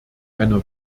einer